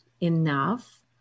enough